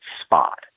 spot